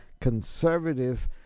conservative